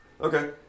Okay